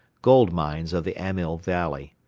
gold mines of the amyl valley.